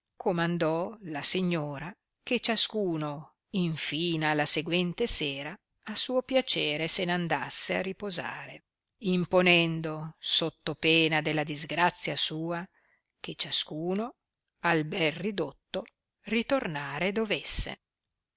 comandò la signora che ciascuno infina alla seguente sera a suo piacere se n andasse a riposare imponendo sotto pena della disgrazia sua che ciascuno al bel ridotto ritornare dovesse